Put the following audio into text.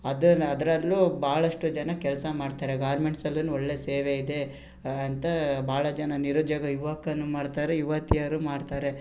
ಅದನ್ನು ಅದರಲ್ಲೂ ಭಾಳಷ್ಟು ಜನ ಕೆಲಸ ಮಾಡ್ತಾರೆ ಗಾರ್ಮೆಂಟ್ಸಲ್ಲು ಒಳ್ಳೆಯ ಸೇವೆ ಇದೆ ಅಂತ ಭಾಳ ಜನ ನಿರುದ್ಯೋಗ ಯುವಕರು ಮಾಡ್ತಾರೆ ಯುವತಿಯರು ಮಾಡ್ತಾರೆ